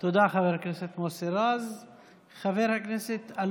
תודה, חבר הכנסת מוסי רז.